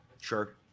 Sure